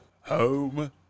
Home